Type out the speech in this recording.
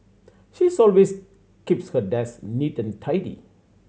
she's always keeps her desk neat and tidy